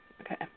Okay